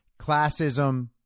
classism